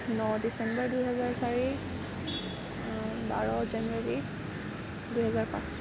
ন December দুই হাজাৰ চাৰি বাৰ জানুৱাৰী দুই হাজাৰ পাঁচ